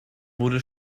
wurde